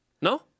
No